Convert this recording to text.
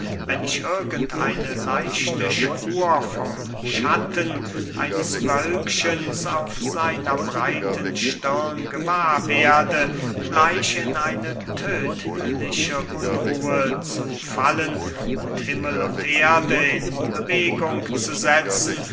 wenn ich irgend eine leichte spur vom schatten eines wölkchens auf seiner breiten stirn gewahr werde gleich in eine tödtliche unruhe zu fallen und himmel und erde in bewegung zu setzen